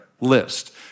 list